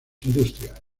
industrias